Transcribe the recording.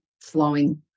flowing